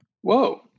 Whoa